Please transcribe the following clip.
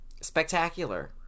Spectacular